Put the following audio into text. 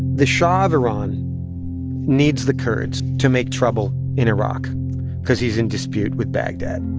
the shah of iran needs the kurds to make trouble in iraq because he's in dispute with baghdad